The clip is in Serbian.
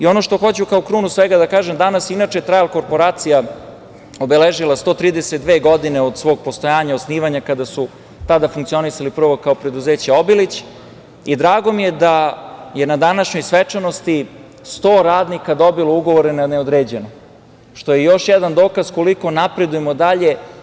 Ono što hoću kao krunu svega da kažem jeste da je „Trajal korporacija“ obeležila 132 godine od svog postojanja, osnivanja, kada su funkcionisali kao preduzeće „Obilić“ i drago mi je da je na današnjoj svečanosti 100 radnika dobilo ugovore na neodređeno, što je još jedan dokaz koliko napredujemo dalje.